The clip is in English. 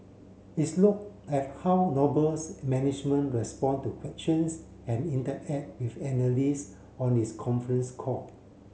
its looked at how Noble's management respond to questions and interact with analysts on its conference call